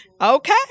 Okay